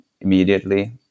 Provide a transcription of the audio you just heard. immediately